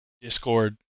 Discord